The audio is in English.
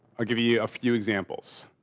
i'll give you a few examples.